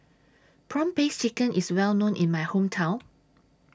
Prawn Paste Chicken IS Well known in My Hometown